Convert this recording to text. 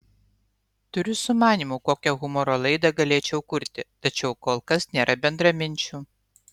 turiu sumanymų kokią humoro laidą galėčiau kurti tačiau kol kas nėra bendraminčių